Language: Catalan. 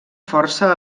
força